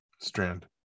strand